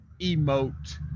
emote